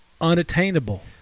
unattainable